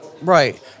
right